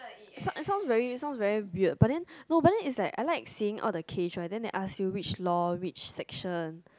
sound sound very sound very weird but then is like I like saying all the case right then they ask you which law which section